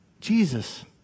jesus